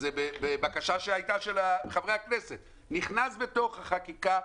בבקשה של חברי כנסת, נכנס לתוך החקיקה,